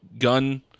gun